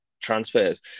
transfers